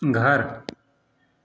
घर